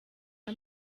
nka